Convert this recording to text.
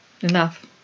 enough